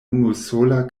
unusola